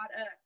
up